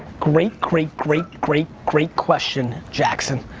great, great, great, great, great question, jackson.